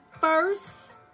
first